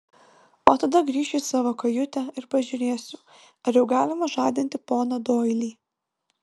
o tada grįšiu į savo kajutę ir pažiūrėsiu ar jau galima žadinti poną doilį